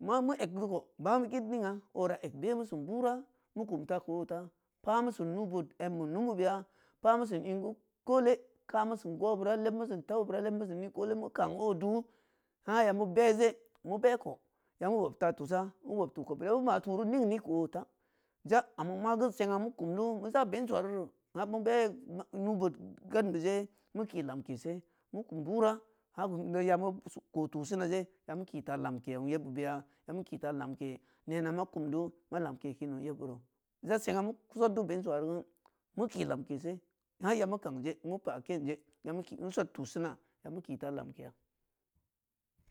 ma meu eg de kou bàà meu gid ni’a ora eg be meusin bural mu kumta keu ota pa meusin nuubood embe numu beya pameu sin in geu kode kameusin gobeura lebmusin tabeu beura lebmeusin ni koole meu kang odu ha ya meu beje meu be kou ya meu bobta tusa meu bob tuko beya beu ma turi ningne keu ota ja ama ma geu seng’a meu kumdu meu za blensuwariri har men be nuubood gadn be je meu ki lamkese meu kum burah ya meu su ko tusena je yameu kita lamke ong yebbeu beya ya meu kita lamke nena ma kundu ma lamke kin ong yeb beuro za seng’a meu sodde bensuwari geu meu ki lamkese ha ya meu kanje meu pah keen je yameu ki meu sod tusina ya murita lamkeya.